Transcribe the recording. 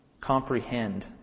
comprehend